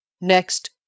Next